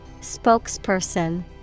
Spokesperson